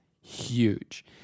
huge